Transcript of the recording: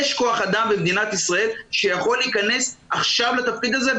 יש כוח אדם במדינת ישראל שיכול להיכנס עכשיו לתפקיד הזה.